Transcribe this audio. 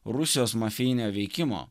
rusijos mafijinio veikimo